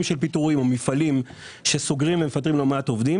של פיטורים או מפעלים שסוגרים ומפטרים לא מעט עובדים